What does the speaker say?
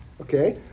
Okay